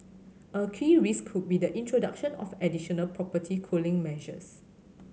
a key risk could be the introduction of additional property cooling measures